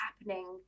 happening